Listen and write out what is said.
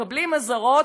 מקבלים אזהרות,